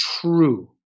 true